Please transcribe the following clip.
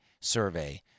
survey